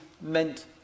meant